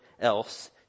else